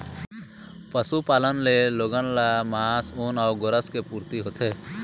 पशुपालन ले लोगन ल मांस, ऊन अउ गोरस के पूरती होथे